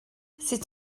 sut